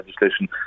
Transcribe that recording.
legislation